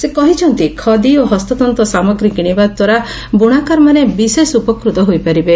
ସେ କହିଛନ୍ତି ଖଦି ଓ ହସ୍ତତନ୍ତ ସାମଗ୍ରୀ କିଣିବାଦ୍ୱାରା ବୁଣାକାରମାନେ ବିଶେଷ ଉପକୃତ ହୋଇପାରିବେ